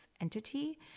entity